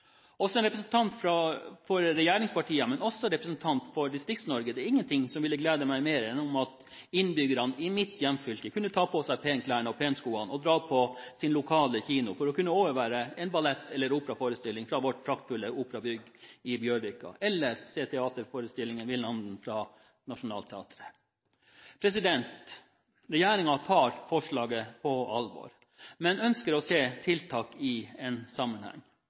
en representant fra regjeringspartiene eller en representant for Distrikts-Norge – det er ingen ting som vil glede meg mer enn at innbyggerne i mitt hjemfylke kunne ta på seg penklærne og penskoene og dra på sin lokale kino for å kunne overvære en ballett eller operaforestilling fra vårt praktfulle operabygg i Bjørvika, eller se teaterforestillingen Vildanden fra Nationaltheatret. Regjeringen tar forslaget på alvor, men ønsker å se tiltak i en sammenheng.